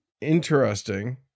Interesting